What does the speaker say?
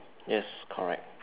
yes correct